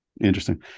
interesting